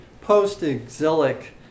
post-exilic